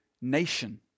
nation